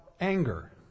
anger